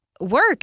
work